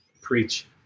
preach